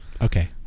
Okay